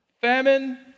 famine